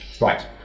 Right